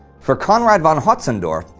for conrad von hotzendorf,